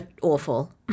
awful